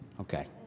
Okay